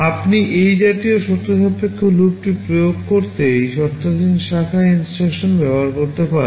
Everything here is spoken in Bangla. আপনি এই জাতীয় শর্তসাপেক্ষ লুপটি প্রয়োগ করতে এই শর্তাধীন শাখা INSTRUCTION ব্যবহার করতে পারেন